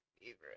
favorite